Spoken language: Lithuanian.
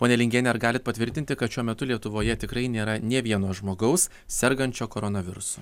ponia lingienė ar galit patvirtinti kad šiuo metu lietuvoje tikrai nėra nė vieno žmogaus sergančio koronavirusu